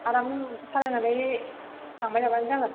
आराम सालायनानै थांबाय थाबानो जागोन